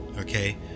Okay